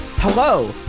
Hello